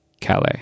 Calais